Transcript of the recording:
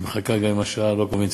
היא מחכה גם אם השעה לא קונבנציונלית.